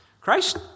Christ